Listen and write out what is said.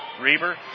Reber